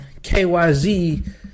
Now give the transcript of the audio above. KYZ